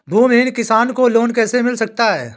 भूमिहीन किसान को लोन कैसे मिल सकता है?